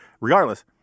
Regardless